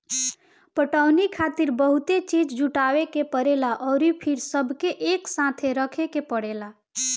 पटवनी खातिर बहुते चीज़ जुटावे के परेला अउर फिर सबके एकसाथे रखे के पड़ेला